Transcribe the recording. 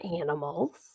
animals